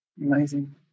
Amazing